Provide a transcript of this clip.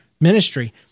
ministry